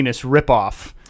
ripoff